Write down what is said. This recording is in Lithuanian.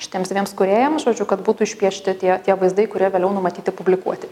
šitiems dviems kūrėjams žodžiu kad būtų išpiešti tie tie vaizdai kurie vėliau numatyti publikuoti